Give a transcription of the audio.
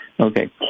Okay